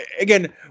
again